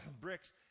bricks